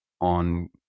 on